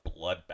bloodbath